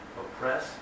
oppress